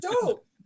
dope